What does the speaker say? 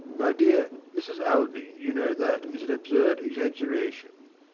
my dear mrs. alving, you know that is an absurd exaggeration